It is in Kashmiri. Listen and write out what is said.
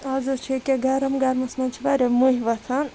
اَز حظ چھِ ییٚکیٛاہ گرم گرمَس مںٛز چھِ واریاہ مٔہیہِ وۄتھان